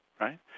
right